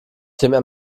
dem